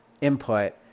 input